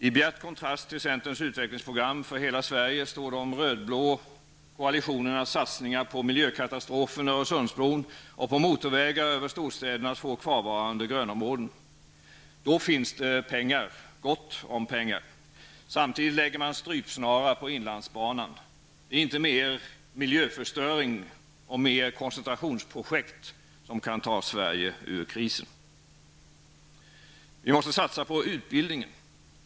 I bjärt kontrast till centerns utvecklingsprogram för hela Sverige står de röd-blå koalitionernas satsningar på miljökatastrofen Öresundsbron och på motorvägar över storstädernas få kvarvarande grönområden. Då finns det gott om pengar. Samtidigt lägger man strypsnara på inlandsbanan. Det är inte mer miljöförstöring och mer koncentrationsprojekt som kan ta Sverige ur krisen. Vi måste satsa på utbildningen.